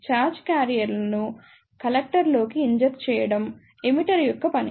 charge క్యారియర్లను కలెక్టర్లోకి inject చేయడం ఎమిటర్ యొక్క పని